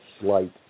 slight